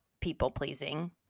people-pleasing